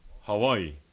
Hawaii